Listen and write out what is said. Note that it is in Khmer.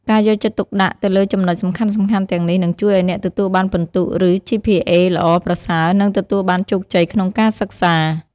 ការយកចិត្តទុកដាក់ទៅលើចំណុចសំខាន់ៗទាំងនេះ នឹងជួយឱ្យអ្នកទទួលបានពិន្ទុ ឬ ជីភីអេ ល្អប្រសើរ និងទទួលបានជោគជ័យក្នុងការសិក្សា។